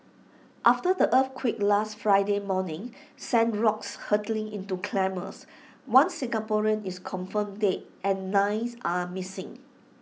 after the earthquake last Friday morning sent rocks hurtling into climbers one Singaporean is confirmed dead and nine are missing